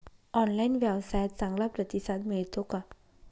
Online व्यवसायात चांगला प्रतिसाद मिळतो का?